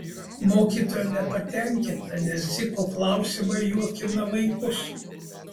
mokytoja nepatenkinta nes dziko klausimai juokina vaikus